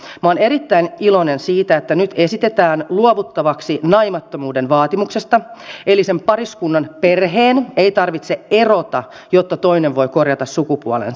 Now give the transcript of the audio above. minä olen erittäin iloinen siitä että nyt esitetään luovuttavaksi naimattomuuden vaatimuksesta eli sen pariskunnan perheen ei tarvitse erota jotta toinen voi korjata sukupuolensa